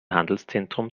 handelszentrum